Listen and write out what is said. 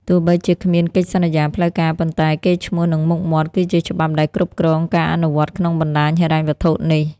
ទោះបីជាគ្មានកិច្ចសន្យាផ្លូវការ ប៉ុន្តែ "កេរ្តិ៍ឈ្មោះ និងមុខមាត់" គឺជាច្បាប់ដែលគ្រប់គ្រងការអនុវត្តក្នុងបណ្ដាញហិរញ្ញវត្ថុនេះ។